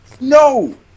No